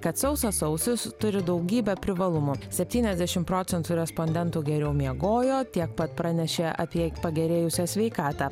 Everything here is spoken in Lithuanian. kad sausas sausis turi daugybę privalumų septyniasdešim procentų respondentų geriau miegojo tiek pat pranešė apie pagerėjusią sveikatą